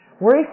Worry